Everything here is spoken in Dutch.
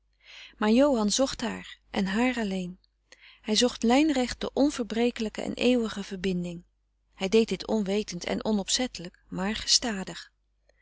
maar johan zocht haar en haar alleen hij zocht lijnrecht de onverbrekelijke en eeuwige verbinding hij deed dit onwetend en onopzettelijk maar gestadig